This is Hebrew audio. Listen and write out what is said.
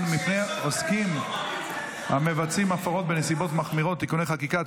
מפני עוסקים המבצעים הפרות בנסיבות מחמירות (תיקוני חקיקה),